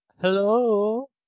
hello